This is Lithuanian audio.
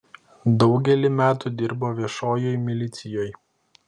daugelį metų dirbo viešojoj milicijoj